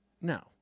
No